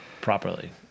properly